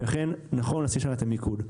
ולכן נכון לשים שם את המיקוד.